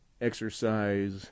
exercise